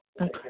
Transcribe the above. Okay